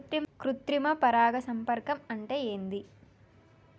కృత్రిమ పరాగ సంపర్కం అంటే ఏంది?